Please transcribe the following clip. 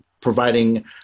providing